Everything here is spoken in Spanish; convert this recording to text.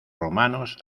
romanos